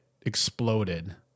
exploded